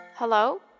Hello